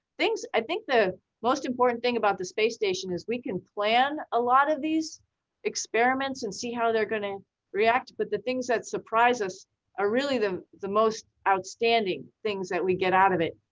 i think the most important thing about the space station is we can plan a lot of these experiments and see how they're gonna react. but the things that surprise us are really the the most outstanding things that we get out of it.